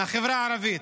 מהחברה הערבית.